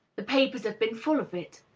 the papers have been full of it.